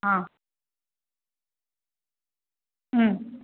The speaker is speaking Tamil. ஆ ம்